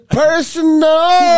personal